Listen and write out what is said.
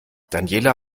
daniela